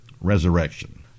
resurrection